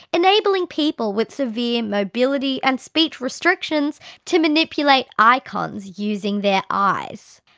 enabling people with severe mobility and speech restrictions to manipulate icons using their eyes.